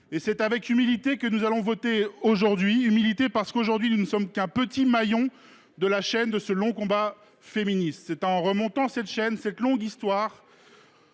Oh… C’est avec humilité que nous allons voter aujourd’hui, parce que nous ne sommes qu’un petit maillon de la chaîne que constitue ce long combat féministe. C’est en remontant cette chaîne, cette longue histoire